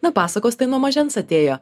na pasakos tai nuo mažens atėjo